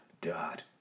dot